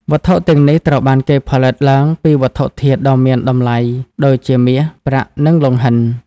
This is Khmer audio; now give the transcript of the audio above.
វត្ថុទាំងនេះត្រូវបានគេផលិតឡើងពីវត្ថុធាតុដ៏មានតម្លៃដូចជាមាស ប្រាក់ និងលង្ហិន។